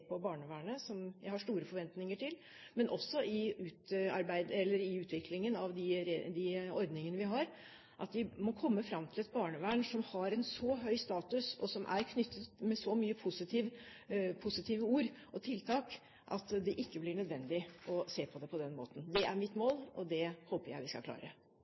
på barnevernet, som jeg har store forventninger til, og i utviklingen av de ordningene vi har. Vi må komme fram til et barnevern som har en så høy status og som det er knyttet så mange positive ord og tiltak til at det ikke blir nødvendig å se på det på den måten. Det er mitt mål, og det håper jeg vi skal klare.